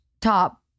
top